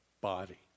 body